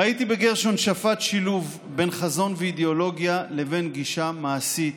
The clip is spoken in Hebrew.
ראיתי בגרשון שפט שילוב בין חזון ואידיאולוגיה לבין גישה מעשית,